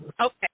Okay